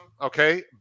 okay